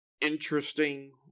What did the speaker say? interesting